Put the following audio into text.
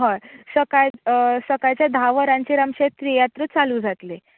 हय सकाळ सकाळचे धा वरांचेर आमचें तियात्र चालू जातलें